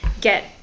get